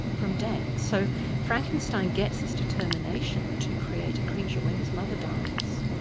from death. so frankenstein gets this determination to create a creature when his mother dies.